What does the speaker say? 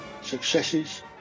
successes